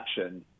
action